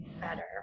better